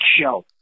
Show